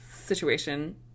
situation